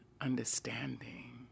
understanding